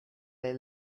they